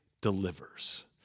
delivers